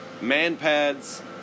man-pads